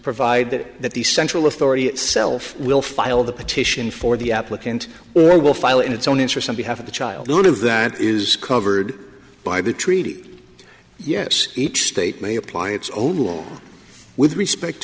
provide that that the central authority itself will file the petition for the applicant or will file in its own interest on behalf of the child none of that is covered by the treaty yes each state may apply its own rule with respect to